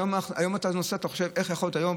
היום אתה נוסע ואתה חושב: איך יכולת היום,